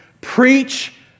preach